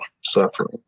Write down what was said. suffering